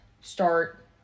start